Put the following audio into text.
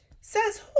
Says